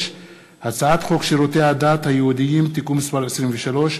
הצעת חוק שירותי הדת היהודיים (תיקון מס' 23)